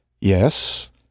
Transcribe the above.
yes